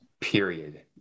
period